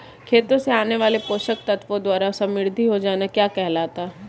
खेतों से आने वाले पोषक तत्वों द्वारा समृद्धि हो जाना क्या कहलाता है?